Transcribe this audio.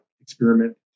experiment